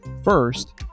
First